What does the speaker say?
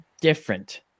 different